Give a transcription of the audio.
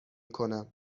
کنم